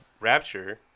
Rapture